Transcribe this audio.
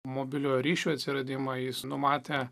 mobiliojo ryšio atsiradimą jis numatė